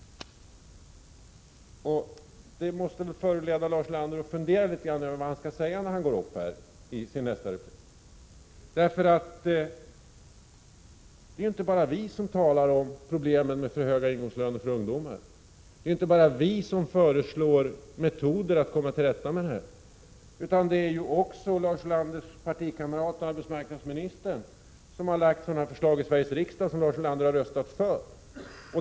Det måste väl föranleda Lars Pod EESATKNAGSPoL , m.m. Ulander att fundera över vad han skall säga när han går upp i sin nästa replik. Det är inte bara vi som talar om problemen med för höga ingångslöner för ungdomar. Det är inte bara vi som föreslår metoder att komma till rätta med detta. Det är också Lars Ulanders partikamrat arbetsmarknadsministern, som lagt fram sådana förslag i Sveriges riksdag som Lars Ulander har röstat för.